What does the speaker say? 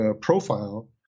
profile